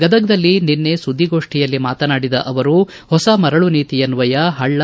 ಗದಗದಲ್ಲಿ ನಿನ್ನೆ ಸುದ್ದಿಗೋಷ್ಠಿಯಲ್ಲಿ ಮಾತನಾಡಿದ ಅವರು ಹೊಸ ಮರಳು ನೀತಿಯನ್ವಯ ಹಳ್ಳ